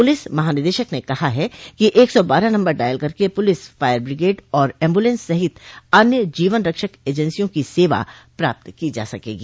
police महानिदेशक ने कहा है कि एक सौ बारह नम्बर डॉयल करके पुलिस फायर ब्रिगेड और एम्बुलेंस सहित अन्य जीवन रक्षक एजेंसियों की सेवा प्राप्त की जा सकेगी